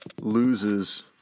loses